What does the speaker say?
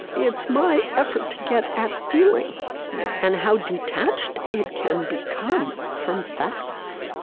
it's my effort to get at feeling yeah and how detached it can become from facts